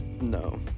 No